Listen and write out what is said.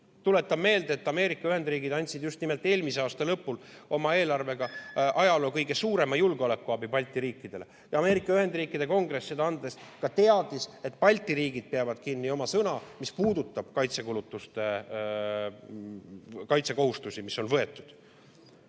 Tuletan meelde, et Ameerika Ühendriigid andsid just nimelt eelmise aasta lõpul oma eelarvega ajaloo kõige suurema julgeolekuabi Balti riikidele. Ameerika Ühendriikide Kongress seda andes ka teadis, et Balti riigid peavad kinni oma sõnast, mis puudutab kaitsekohustusi, mis on võetud.